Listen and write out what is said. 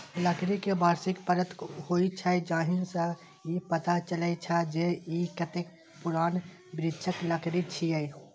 लकड़ी मे वार्षिक परत होइ छै, जाहि सं ई पता चलै छै, जे ई कतेक पुरान वृक्षक लकड़ी छियै